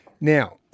Now